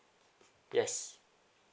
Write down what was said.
yes